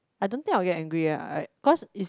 I don't think I will get angry ah I cause is